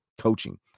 coaching